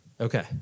Okay